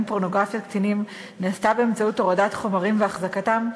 פורנוגרפיית קטינים נעשו באמצעות הורדת חומרים והחזקתם,